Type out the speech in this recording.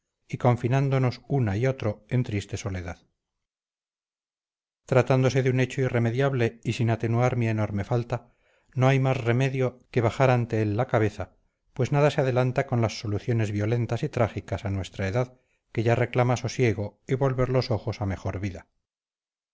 y confinándonos una y otro en triste soledad tratándose de un hecho irremediable y sin atenuar mi enorme falta no hay más remedio que bajar ante él la cabeza pues nada se adelanta con las soluciones violentas y trágicas a nuestra edad que ya reclama sosiego y volver los ojos a mejor vida